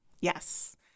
Yes